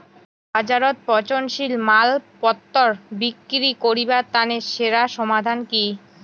বাজারত পচনশীল মালপত্তর বিক্রি করিবার তানে সেরা সমাধান কি?